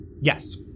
Yes